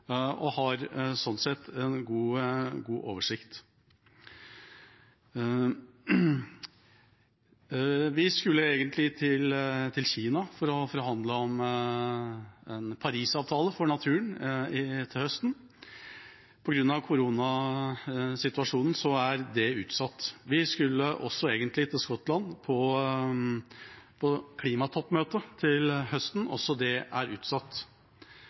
og har sånn sett en god oversikt. Vi skulle egentlig til Kina til høsten for å forhandle om en Parisavtale for naturen. På grunn av koronasituasjonen er det utsatt. Vi skulle også egentlig til Skottland på klimatoppmøtet til høsten. Også det er utsatt.